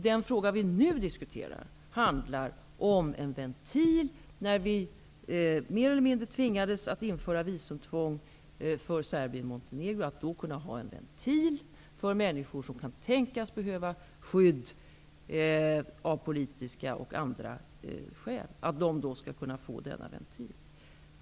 Den fråga som vi nu diskuterar handlar om att vi, sedan vi mer eller mindre tvingades att införa visumtvång för människor från Serbien Montenegro, skall kunna ha en ventil för människor som kan tänkas behöva skydd av politiska och andra skäl.